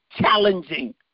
challenging